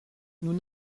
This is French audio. nous